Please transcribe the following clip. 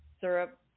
syrup